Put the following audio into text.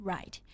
Right